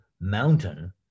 mountain